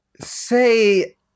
say